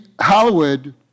Hollywood